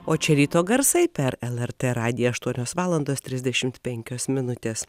o čia ryto garsai per lrt radiją aštuonios valandos trisdešimt penkios minutės